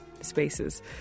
spaces